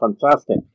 fantastic